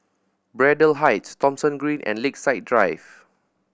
Braddell Heights Thomson Green and Lakeside Drive